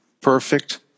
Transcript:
perfect